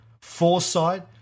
foresight